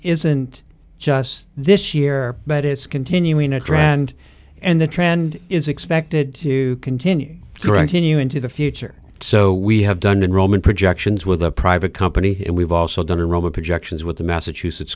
isn't just this year but it's continuing a trend and the trend is expected to continue throughout in you into the future so we have done in roman projections with a private company and we've also done a robot projections with the massachusetts